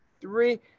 three